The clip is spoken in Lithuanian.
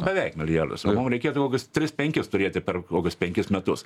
beveik milijardas o mum reikėtų kokius tris penkis turėti per kokius penkis metus